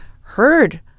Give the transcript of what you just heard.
heard